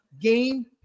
game